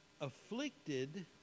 afflicted